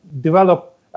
develop